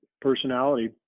personality